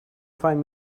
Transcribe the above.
find